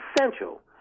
essential